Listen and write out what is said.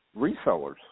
resellers